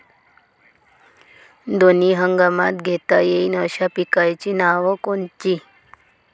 दोनी हंगामात घेता येईन अशा पिकाइची नावं कोनची?